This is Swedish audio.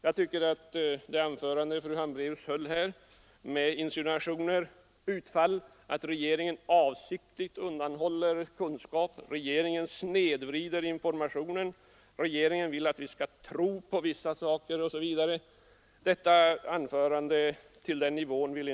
Jag tycker att det anförande fru Hambraeus höll — med insinuationer och utfall att regeringen avsiktligt undanhåller oss kunskap, att regeringen snedvrider informationen, att regeringen vill att vi skall tro på vissa saker osv. — låg på en nivå som jag inte vill sänka mig till.